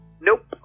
nope